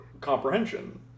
comprehension